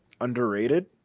underrated